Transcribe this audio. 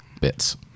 bits